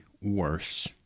worse